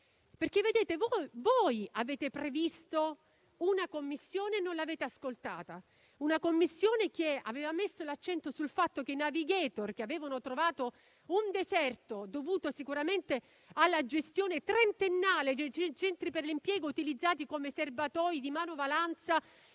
cittadinanza. Voi avete previsto una commissione e poi non l'avete ascoltata; una commissione che aveva messo l'accento sui *navigator*, i quali avevano trovato un deserto, dovuto sicuramente alla gestione trentennale dei centri per l'impiego, utilizzati come serbatoi di manovalanza,